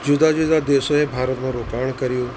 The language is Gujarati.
જુદા જુદા દેશોએ ભારતમાં રોકાણ કર્યું